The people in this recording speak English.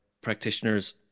practitioners